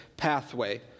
pathway